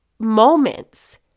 moments